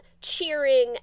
cheering